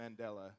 Mandela